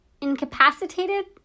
incapacitated